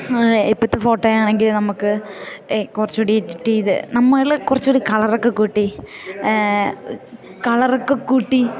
ഇപ്പോഴത്തെ ഫോട്ടോയാണെങ്കിൽ നമുക്ക് കുറച്ചു കൂടി എഡിറ്റ് ചെയ്ത് നമ്മളിൽ കുറച്ചു കൂടി കളറൊക്കെ കൂട്ടി കളറൊക്കെ കൂട്ടി